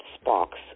sparks